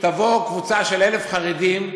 תבוא קבוצה של 1,000 חרדים,